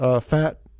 fat